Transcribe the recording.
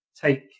take